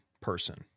person